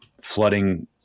flooding